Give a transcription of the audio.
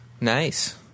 Nice